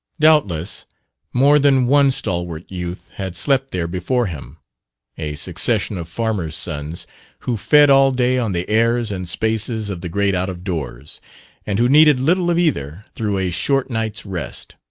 doubtless more than one stalwart youth had slept there before him a succession of farmers' sons who fed all day on the airs and spaces of the great out-of-doors, and who needed little of either through a short night's rest.